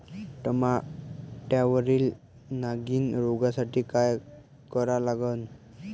टमाट्यावरील नागीण रोगसाठी काय करा लागन?